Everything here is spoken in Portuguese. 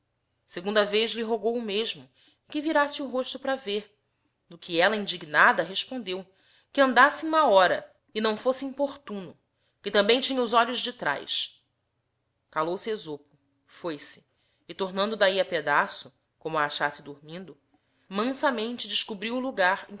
segunda vez lhe rogou o mesino e que virasse o rosto para vr do que ella indignada responueo que audasse em má hora e não fosse importuno que também tiuha os olhos de traz calou-se sopo foi-se e tornando dahi a pedaço como a achasse dormindo mansamente descobrio o lugar